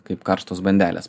kaip karštos bandelės